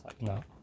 no